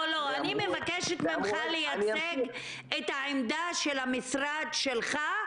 אני מבקשת ממך לייצג את העמדה של המשרד שלך,